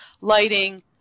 lighting